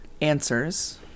answers